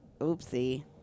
Oopsie